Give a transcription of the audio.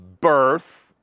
Birth